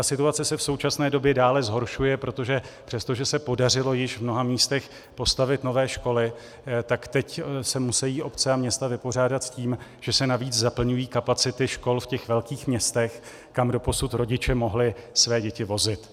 Situace se v současné době dále zhoršuje, přestože se podařilo již v mnoha místech postavit nové školy, a teď se musejí obce a města vypořádat s tím, že se navíc zaplňují kapacity škol ve velkých městech, kam doposud rodiče mohli své děti vozit.